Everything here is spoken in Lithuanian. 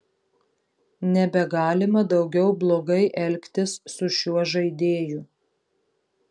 nebegalima daugiau blogai elgtis su šiuo žaidėju